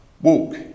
Walk